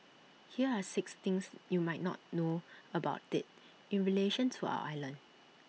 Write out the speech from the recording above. here are six things you might not know about IT in relation to our island